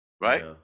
right